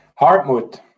Hartmut